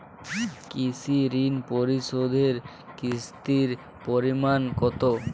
কৃষি ঋণ পরিশোধের কিস্তির পরিমাণ কতো?